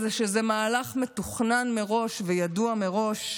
וזה מהלך מתוכנן מראש וידוע מראש,